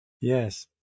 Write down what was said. Yes